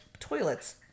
Toilets